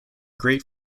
great